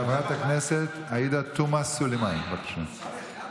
חברת הכנסת עאידה תומא סלימאן, בבקשה.